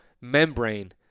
membrane